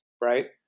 right